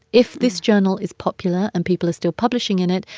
if this journal is popular and people are still publishing in it,